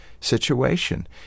situation